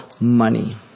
money